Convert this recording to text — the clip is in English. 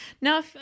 Now